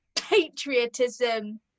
patriotism